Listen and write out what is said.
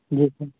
جی سر